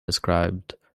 described